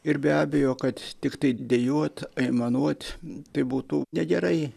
ir be abejo kad tiktai dejuot aimanuot tai būtų negerai